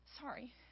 sorry